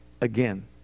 again